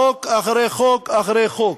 חוק אחרי חוק אחרי חוק.